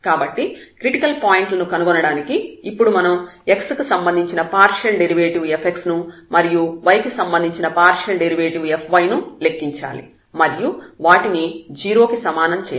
కాబట్టి క్రిటికల్ పాయింట్లను కనుగొనడానికి ఇప్పుడు మనం x కి సంబంధించిన పార్షియల్ డెరివేటివ్ fx ను మరియు y కి సంబంధించిన పార్షియల్ డెరివేటివ్ fy ను లెక్కించాలి మరియు వాటిని 0 కి సమానం చేయాలి